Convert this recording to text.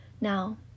Now